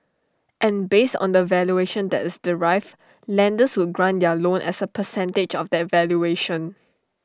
and based on the valuation that is derived lenders would grant their loan as A percentage of that valuation